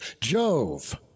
Jove